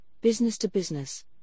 business-to-business